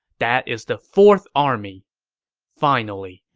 that is the fourth army finally,